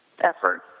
effort